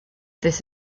this